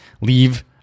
leave